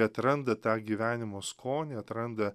atranda tą gyvenimo skonį atranda